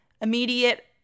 immediate